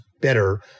better